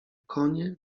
konie